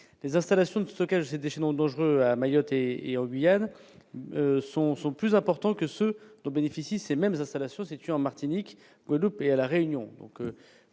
des installations de stockage des déchets non dangereux à Mayotte et en Guyane sont sont plus importants que ceux dont bénéficient ces mêmes installations situées en Martinique, Guadeloupe et à la Réunion,